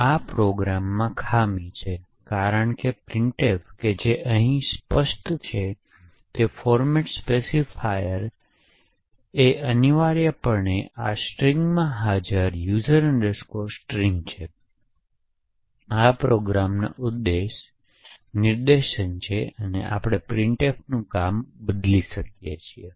આ પ્રોગ્રામ માં ખામી છે કારણ કે printf જે અહીં સ્પષ્ટ છે ફોર્મેટ સ્પેસિફાયર specifier અનિવાર્યપણે આ સ્ટ્રિંગ હાજર user string છેઆ પ્રોગ્રામના ઉદ્દેશ નિદર્શન છે આપણે printf નું કામ બદલી શકીએ છીયે